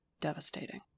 devastating